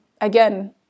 again